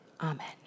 Amen